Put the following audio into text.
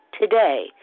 today